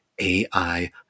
AI